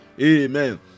Amen